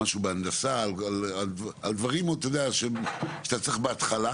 לא זוכר, משהו בהנדסה דברים שאתה צריך בהתחלה